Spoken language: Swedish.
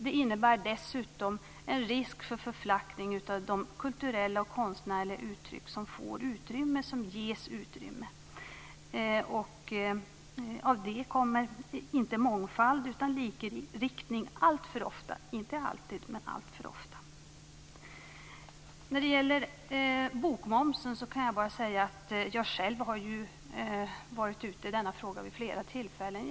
Det innebär dessutom en risk för förflackning av de kulturella och konstnärliga uttryck som får utrymme och som ges utrymme. Av detta kommer inte mångfald utan likriktning alltför ofta - inte alltid, men alltför ofta. Om bokmomsen kan jag säga att jag själv varit ute i den frågan vid flera tillfällen.